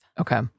Okay